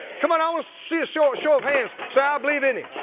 come on, ah let's see so a show of hands. say i believe in him.